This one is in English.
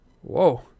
Whoa